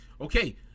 Okay